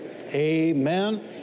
Amen